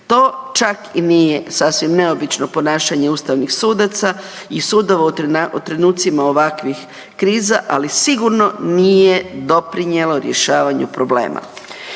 To čak i nije sasvim neobično ponašanje ustavnih sudaca i sudova u trenucima ovakvih kriza ali sigurno nije doprinijelo rješavanju problema.